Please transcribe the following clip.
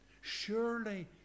Surely